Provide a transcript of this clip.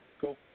cool